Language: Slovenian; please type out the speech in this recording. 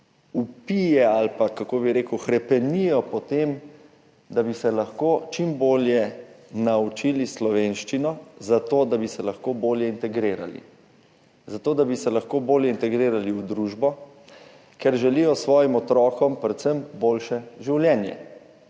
vpijejo ali pa, kako bi rekel, hrepenijo po tem, da bi se lahko čim bolje naučili slovenščino, zato da bi se lahko bolje integrirali v družbo, ker želijo svojim otrokom predvsem boljše življenje.